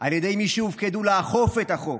על ידי מי שהופקדו לאכוף את החוק,